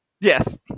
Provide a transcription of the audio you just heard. Yes